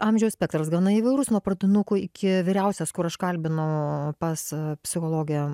amžiaus spektras gana įvairus nuo pradinukų iki vyriausias kur užkalbinau pas psichologę